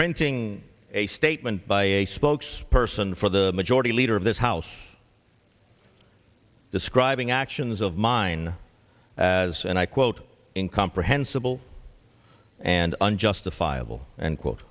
reprinting a statement by a spokesperson for the majority leader of this house describing actions of mine as and i quote in comprehensible and unjustifiable and quote